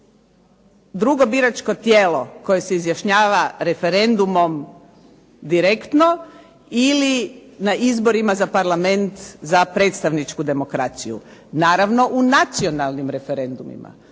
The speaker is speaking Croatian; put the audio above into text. drugo biračko tijelo koje se izjašnjava referendumom direktno ili na izborima za Parlament za predstavničku demokraciju. Naravno u nacionalnim referendumima.